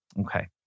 Okay